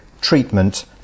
treatment